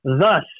Thus